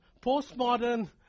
postmodern